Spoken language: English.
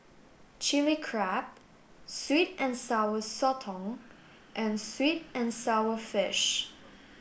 chili crab sweet and sour sotong and sweet and sour fish